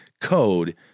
code